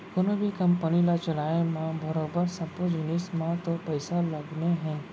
कोनों भी कंपनी ल चलाय म बरोबर सब्बो जिनिस म तो पइसा लगने हे